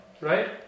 Right